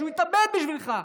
שהוא התאבד בשבילך,